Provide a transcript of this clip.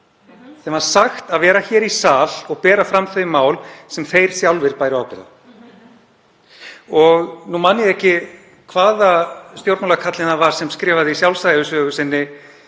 Þeim var sagt að vera hér í sal og bera fram þau mál sem þeir sjálfir bæru ábyrgð á. Nú man ég ekki hvaða stjórnmálakallinn það var sem skrifaði í sjálfsævisögu sinni